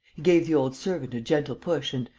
gave the old servant a gentle push and,